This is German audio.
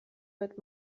wird